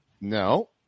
No